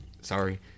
sorry